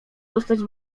dostać